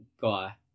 guy